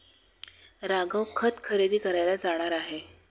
राघव खत खरेदी करायला जाणार आहे